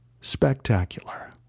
spectacular